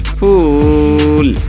fool